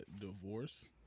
divorce